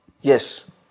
Yes